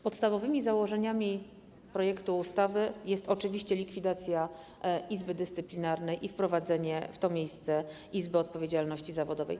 Podstawowym założeniem projektu ustawy jest oczywiście likwidacja Izby Dyscyplinarnej i wprowadzenie w to miejsce Izby Odpowiedzialności Zawodowej.